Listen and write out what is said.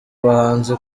bahanzi